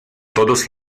todos